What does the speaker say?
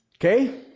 Okay